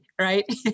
right